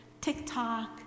TikTok